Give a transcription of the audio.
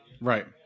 Right